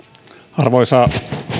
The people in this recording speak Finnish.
arvoisa